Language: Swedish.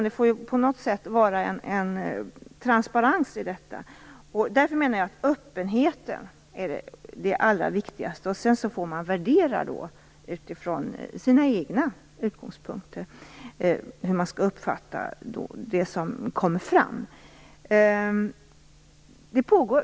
Det måste på något sätt vara en transparens i detta. Därför menar jag att öppenheten är det allra viktigaste, och sedan får man utifrån sina egna utgångspunkter värdera hur man skall uppfatta det som kommer fram.